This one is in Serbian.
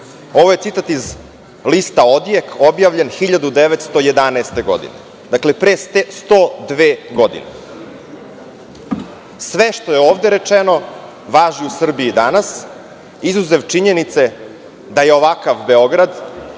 ovo je citat iz lista „Odjek“, objavljen 1911. godine. Dakle, pre 102 godine. Sve što je ovde rečeno važi u Srbiji danas, izuzev činjenice da je ovakav Beograd